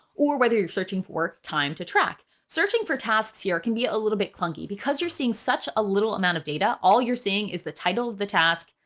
or whether you're searching for work, time to track, searching for tasks here can be a little bit clunky because you're seeing such a little amount of data. all you're seeing is the title of the task,